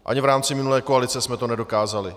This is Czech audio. Ani v rámci minulé koalice jsme to nedokázali.